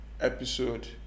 episode